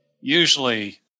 usually